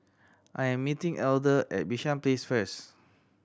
I'm meeting Elder at Bishan Place first